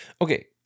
Okay